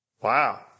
Wow